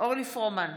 אורלי פרומן,